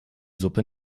suppe